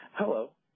Hello